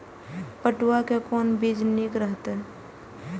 पटुआ के कोन बीज निक रहैत?